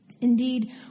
Indeed